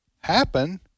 happen